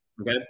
okay